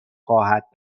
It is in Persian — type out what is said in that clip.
خواهد